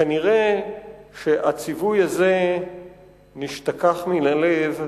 כנראה הציווי הזה נשתכח מן הלב,